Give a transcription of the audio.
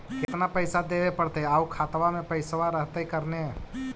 केतना पैसा देबे पड़तै आउ खातबा में पैसबा रहतै करने?